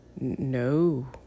no